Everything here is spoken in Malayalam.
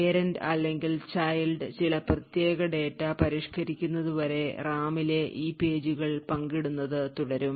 parent അല്ലെങ്കിൽ child ചില പ്രത്യേക ഡാറ്റ പരിഷ്കരിക്കുന്നതുവരെ റാമിലെ ഈ പേജുകൾ പങ്കിടുന്നത് തുടരും